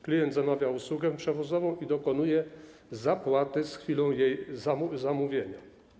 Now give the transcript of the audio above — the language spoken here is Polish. Klient zamawia usługę przewozową i dokonuje zapłaty z chwilą jej zamówienia.